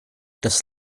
das